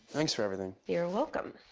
thanks for everything. you're welcome.